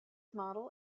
model